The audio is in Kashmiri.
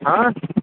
ہاں